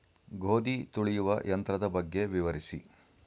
ಗೋಧಿ ತುಳಿಯುವ ಯಂತ್ರದ ಬಗ್ಗೆ ವಿವರಿಸಿ?